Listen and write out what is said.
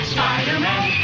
Spider-Man